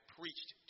preached